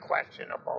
questionable